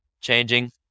changing